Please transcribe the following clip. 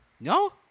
No